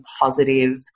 positive